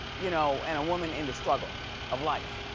you know, and a woman in the struggle of life.